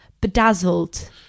bedazzled